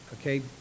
Okay